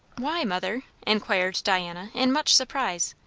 why, mother? inquired diana in much surprise.